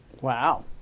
Wow